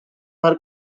her